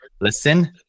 listen